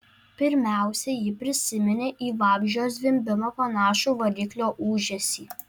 pirmiausia ji prisiminė į vabzdžio zvimbimą panašų variklio ūžesį